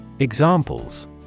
Examples